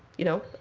you know?